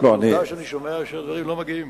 אבל עובדה שאני שומע שהדברים לא מגיעים